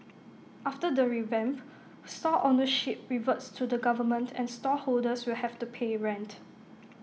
after the revamp stall ownership reverts to the government and stall holders will have to pay rent